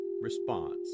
response